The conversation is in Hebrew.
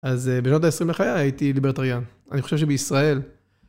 אז בשנות ה-20 לחיה הייתי ליברטוריון, אני חושב שבישראל.